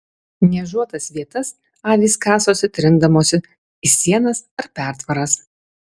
niežuotas vietas avys kasosi trindamosi į sienas ar pertvaras